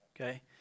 okay